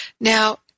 Now